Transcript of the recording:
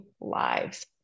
lives